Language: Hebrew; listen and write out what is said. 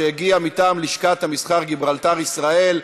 שהגיעה מטעם לשכת המסחר גיברלטר ישראל.